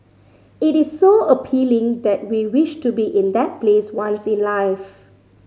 it is so appealing that we wish to be in that place once in life